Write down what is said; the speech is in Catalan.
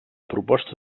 proposta